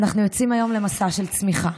אנחנו יוצאים היום למסע של צמיחה,